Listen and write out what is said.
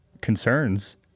concerns